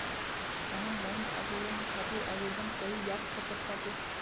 online अब loan खातिर आवेदन कईल जा सकत बाटे